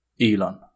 Elon